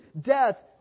death